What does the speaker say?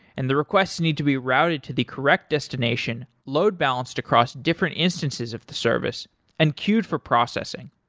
and the requests need to be routed to the correct destination, load balance to cross different instances of the service and queued for processing.